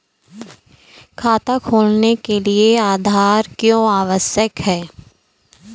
खाता खोलने के लिए आधार क्यो आवश्यक है?